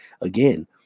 Again